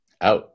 Out